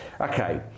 Okay